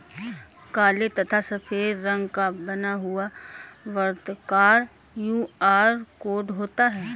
काले तथा सफेद रंग का बना हुआ वर्ताकार क्यू.आर कोड होता है